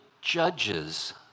judges